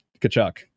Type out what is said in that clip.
Kachuk